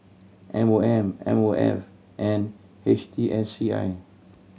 M O M M O F and H T S C I